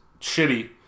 shitty